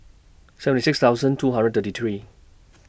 seven six thousand two hundred thirty three